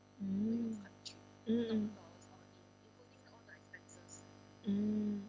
mm mm mm mm